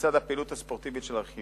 לצד הפעילות הספורטיבית של הרכיבה,